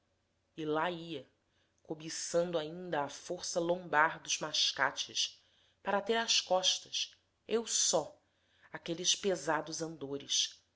e lá ia cobiçando ainda a força lombar dos mascates para ter às costas eu só aqueles pesados andores